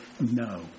no